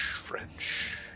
French